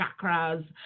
chakras